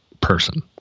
person